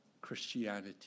Christianity